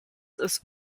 ist